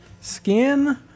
skin